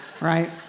right